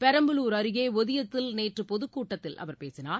பெரம்பலூர் அருகே ஒதியத்தில் நேற்று பொதுக்கூட்டத்தில் அவர் பேசினார்